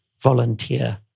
volunteer